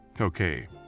Okay